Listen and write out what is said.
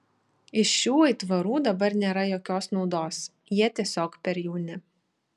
iš šių aitvarų dabar nėra jokios naudos jie tiesiog per jauni